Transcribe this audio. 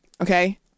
Okay